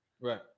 Right